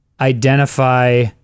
identify